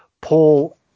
Paul